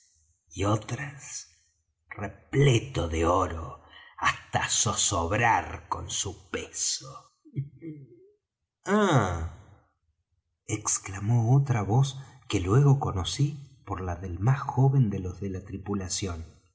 y otras repleto de oro hasta zozobrar con su peso ah exclamó otra voz que luego conocí por la del más joven de los de la tripulación